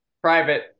private